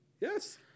Yes